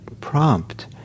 prompt